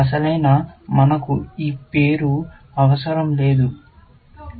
అసలైన మనకు ఈ పేరు అవసరం లేదు క్షమించండి